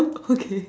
okay